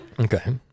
Okay